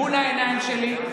מול העיניים שלי,